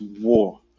war